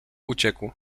uciekł